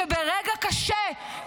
שברגע קשה,